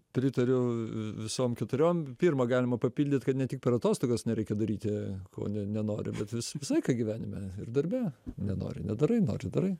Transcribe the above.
pritariu vi visom keturiom pirmą galima papildyt kad ne tik per atostogas nereikia daryti ko nenori bet vis visą laiką gyvenime ir darbe nenori nedarai nori darai